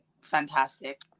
fantastic